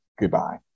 goodbye